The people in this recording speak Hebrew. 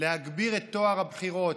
להגביר את טוהר הבחירות,